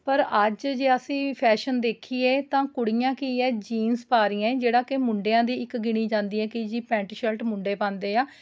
ਪਰ ਅੱਜ ਜੇ ਅਸੀਂ ਫੈਸ਼ਨ ਦੇਖੀਏ ਤਾਂ ਕੁੜੀਆਂ ਕੀ ਹੈ ਜੀਨਸ ਪਾ ਰਹੀਆਂ ਏ ਜਿਹੜਾ ਕਿ ਮੁੰਡਿਆਂ ਦੀ ਇੱਕ ਗਿਣੀ ਜਾਂਦੀ ਹੈ ਕਿ ਜੀ ਪੈਂਟ ਸ਼ਰਟ ਮੁੰਡੇ ਪਾਉਂਦੇ ਆ